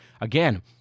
Again